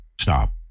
Stop